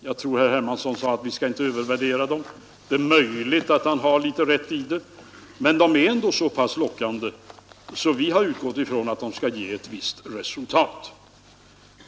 Jag tror att herr Hermansson sade att vi inte skall övervärdera dem. Det är möjligt att han har lite rätt i detta, men de är ändå så pass lockande att vi har utgått ifrån att de skall ge ett visst resultat.